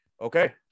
Okay